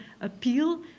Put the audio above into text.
appeal